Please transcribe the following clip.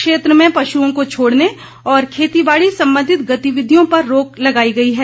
क्षेत्र में पशुओं को छोड़ने और खेतीबाड़ी संबंधित गतिविधियों पर रोक लगाई गई है